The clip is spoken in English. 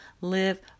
live